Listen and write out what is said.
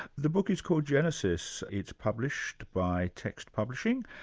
the book is called genesis. it's published by text publishing,